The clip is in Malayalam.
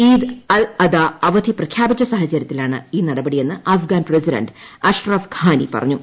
ഈദ് അൽ അദാ അവധി പ്രഖ്യാപിച്ച സാഹചര്യത്തിലാണ് ഈ നടപടി എന്ന് അഫ്ഗാൻ പ്രസിഡന്റ് അഷ്റഫ് ഘാനി പറഞ്ഞു